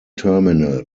terminal